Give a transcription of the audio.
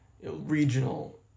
regional